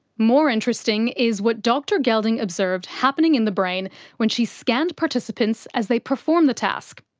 more interesting is what dr gelding observed happening in the brain when she scanned participants as they performed the task.